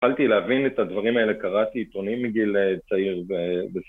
יכולתי להבין את הדברים האלה, קראתי עיתונאים מגיל צעיר בשביל...